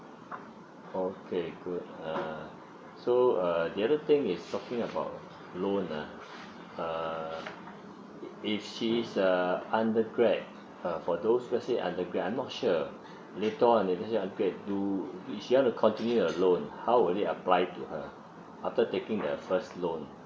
okay good uh so uh the other thing is talking about loan ah uh if she is a undergraduate uh for those let's say undergraduate I'm not sure later on if let's say undergraduate do if she want to continue a loan how will it apply to her after taking her first loan